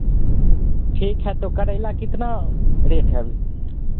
ठीक है तो करेला कितना रेट है अभी